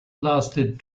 lasted